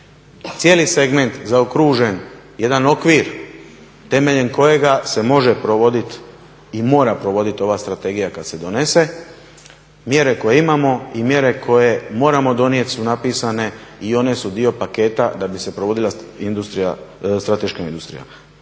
cijeli segment zaokružen, jedan okvir temeljem kojega se može provoditi i mora provoditi ova strategija kad se donese. Mjere koje imamo i mjere koje moramo donijeti su napisane i one su dio paketa da bi se provodila strateška industrija.